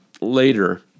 later